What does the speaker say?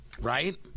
Right